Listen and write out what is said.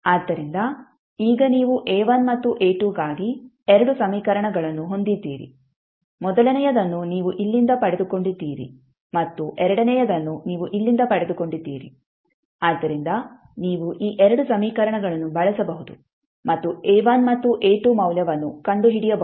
ಆದ್ದರಿಂದ ಈಗ ನೀವು A1 ಮತ್ತು A2 ಗಾಗಿ 2 ಸಮೀಕರಣಗಳನ್ನು ಹೊಂದಿದ್ದೀರಿ ಮೊದಲನೆಯದನ್ನು ನೀವು ಇಲ್ಲಿಂದ ಪಡೆದುಕೊಂಡಿದ್ದೀರಿ ಮತ್ತು ಎರಡನೆಯದನ್ನು ನೀವು ಇಲ್ಲಿಂದ ಪಡೆದುಕೊಂಡಿದ್ದೀರಿ ಆದ್ದರಿಂದ ನೀವು ಈ 2 ಸಮೀಕರಣಗಳನ್ನು ಬಳಸಬಹುದು ಮತ್ತು A1 ಮತ್ತು A2 ಮೌಲ್ಯವನ್ನು ಕಂಡುಹಿಡಿಯಬಹುದು